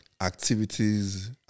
activities